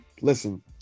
listen